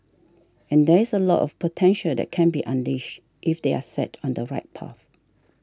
and there is a lot of potential that can be unleashed if they are set on the right path